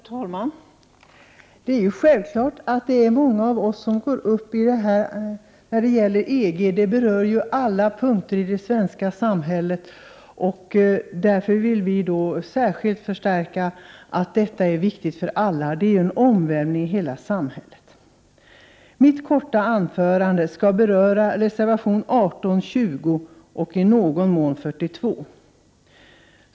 Herr talman! Det är självklart att många av oss tar till orda i en debatt om EG. Det är ju en fråga som berör alla områden av det svenska samhället, och vi vill särskilt framhålla att vad som nu diskuterats är viktigt för alla. Det är en omvälvning i hela samhället. Mitt korta anförande skall beröra reservationerna 18, 20 och i någon mån 42.